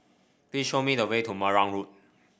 please show me the way to Marang Road